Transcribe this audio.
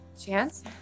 Chance